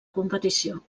competició